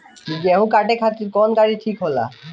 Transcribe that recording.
गेहूं काटे खातिर कौन गाड़ी ठीक होला?